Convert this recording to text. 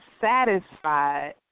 satisfied